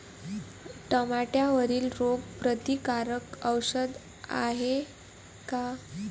टमाट्यावरील रोग प्रतीकारक औषध हाये का?